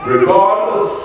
Regardless